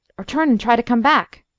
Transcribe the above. or turn and try to come back?